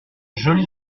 joli